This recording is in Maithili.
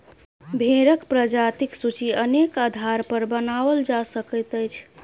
भेंड़क प्रजातिक सूची अनेक आधारपर बनाओल जा सकैत अछि